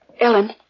Ellen